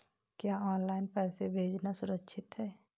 क्या ऑनलाइन पैसे भेजना सुरक्षित है?